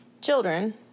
children